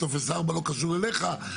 טופס 4 לא קשור אליך,